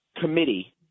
committee